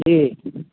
जी